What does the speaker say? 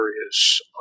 areas